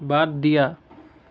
বাদ দিয়া